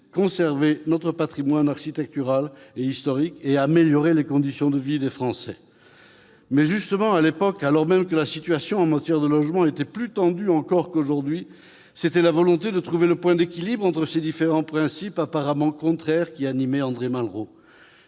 conserver notre patrimoine architectural et historique et améliorer les conditions de vie [...] des Français ». Exactement ! Alors même que la situation en matière de logement était plus tendue encore à l'époque qu'aujourd'hui, c'était la volonté de trouver le point d'équilibre entre ces différents principes apparemment contraires qui animait André Malraux.